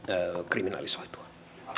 kriminalisoitua